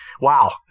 Wow